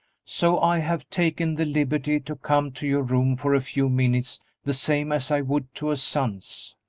so i have taken the liberty to come to your room for a few minutes the same as i would to a son's.